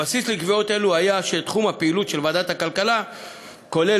הבסיס לקביעות אלו היה שתחום הפעילות של ועדת הכלכלה כולל,